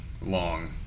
long